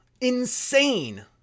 Insane